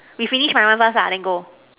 we finish my one first then go